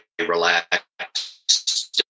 Relax